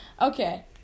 okay